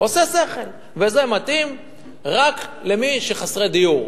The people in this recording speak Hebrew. עושה שכל, וזה מתאים רק לחסרי דיור.